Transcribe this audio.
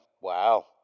Wow